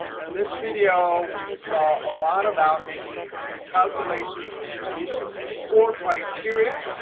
and this video we saw a lot about making calculations with conditions or criteria.